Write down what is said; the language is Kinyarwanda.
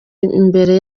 imbere